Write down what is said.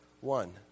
one